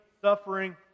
suffering